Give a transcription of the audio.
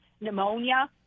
pneumonia